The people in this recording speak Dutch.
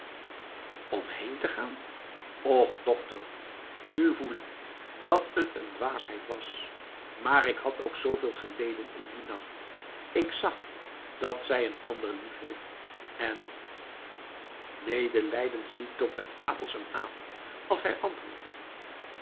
om heen te gaan och dokter nu voel ik dat t een dwaasheid was maar ik had ook zooveel geleden in dien nacht ik zag dat zij een ander liefheeft en medelijdend ziet dokter abels hem aan als hij antwoordt